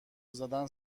زدن